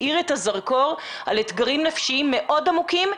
האיר את הזרקור על אתגרים נפשיים מאוד עמוקים,